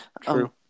True